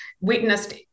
witnessed